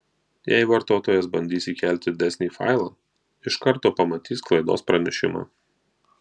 jei vartotojas bandys įkelti didesnį failą iš karto pamatys klaidos pranešimą